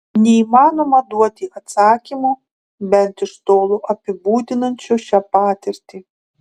neįmanoma duoti atsakymo bent iš tolo apibūdinančio šią patirtį